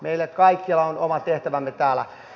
meille kaikille on oma tehtävämme täällä